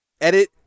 edit